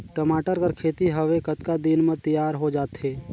टमाटर कर खेती हवे कतका दिन म तियार हो जाथे?